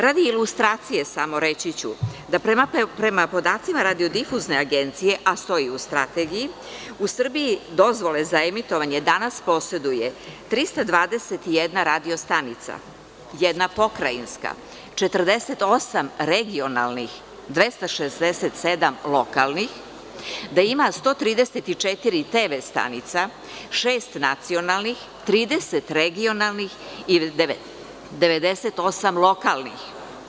Radi ilustracije, reći ću da prema podacima Radio-difuzne agencije, a stoji i u Strategiji, u Srbiji dozvole za emitovanje danas poseduje 321 radio stanica, jedna pokrajinska, 48 regionalnih, 267 lokalnih, da ima 134 TV stanica, šest nacionalnih, 30 regionalnih i 98 lokalnih.